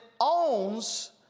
owns